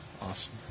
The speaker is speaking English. Awesome